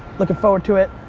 looking forward to it.